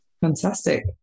Fantastic